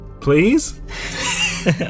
Please